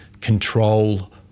control